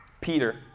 Peter